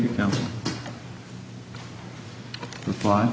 you know before